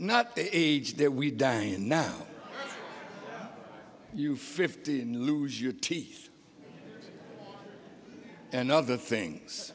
not the age that we die and now you fifteen lose your teeth and other things